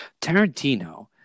Tarantino